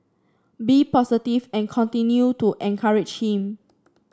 be positive and continue to encourage him